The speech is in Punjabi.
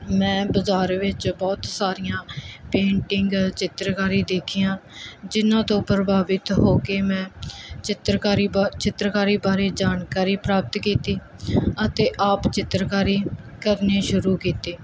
ਮੈਂ ਬਾਜ਼ਾਰ ਵਿੱਚ ਬਹੁਤ ਸਾਰੀਆਂ ਪੇਂਟਿੰਗ ਚਿੱਤਰਕਾਰੀ ਦੇਖੀਆਂ ਜਿਨ੍ਹਾਂ ਤੋਂ ਪ੍ਰਭਾਵਿਤ ਹੋ ਕੇ ਮੈਂ ਚਿੱਤਰਕਾਰੀ ਬਾ ਚਿੱਤਰਕਾਰੀ ਬਾਰੇ ਜਾਣਕਾਰੀ ਪ੍ਰਾਪਤ ਕੀਤੀ ਅਤੇ ਆਪ ਚਿੱਤਰਕਾਰੀ ਕਰਨੀ ਸ਼ੁਰੂ ਕੀਤੀ